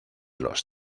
los